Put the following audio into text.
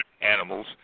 animals